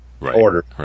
order